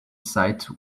site